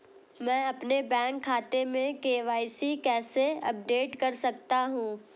मैं अपने बैंक खाते में के.वाई.सी कैसे अपडेट कर सकता हूँ?